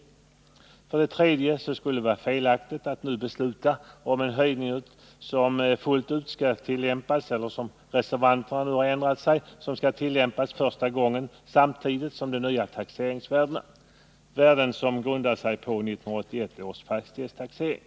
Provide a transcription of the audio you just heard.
Det tredje skälet är att det skulle vara felaktigt att — enligt den ändring som reservanterna nu vill göra — besluta om en höjning som fullt ut skall tillämpas första gången samtidigt med de nya taxeringsvärden som kommer att grunda sig på 1981 års fastighetstaxering.